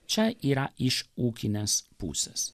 čia yra iš ūkinės pusės